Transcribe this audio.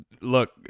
Look